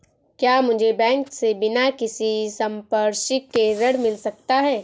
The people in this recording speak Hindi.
क्या मुझे बैंक से बिना किसी संपार्श्विक के ऋण मिल सकता है?